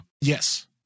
Yes